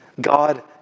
God